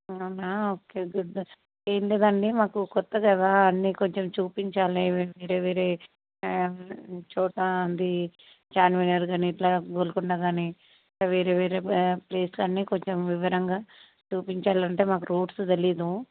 అవునా okay good ఏమి లేదండి మాకు కొత్త కదా అన్నీ కొంచెం చూపించాలి వేరే వేరే చోట అది చార్మినార్ కానీ ఇట్లా గోల్కొండ కానీ వేరే వేరే ప్లేస్లు అన్నీ కొంచెం వివరంగా చూపించాలి అంటే మాకు రూట్స్ తెలియదు